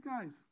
guys